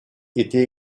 était